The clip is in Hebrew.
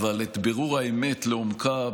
אבל את בירור האמת לעומקה,